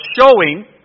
showing